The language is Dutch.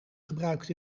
gebruikt